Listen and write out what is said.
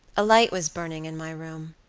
a light was burning in my room.